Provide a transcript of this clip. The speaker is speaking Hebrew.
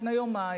לפני יומיים,